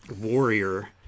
warrior